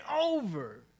over